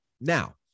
Now